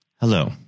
hello